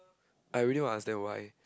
I really want to ask them why